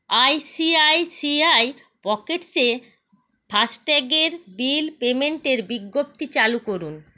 I C I C I পকেটসে ফাস্ট্যাগের bill পেইমেন্টের বিজ্ঞপ্তি চালু করুন